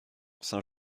saint